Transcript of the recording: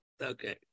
Okay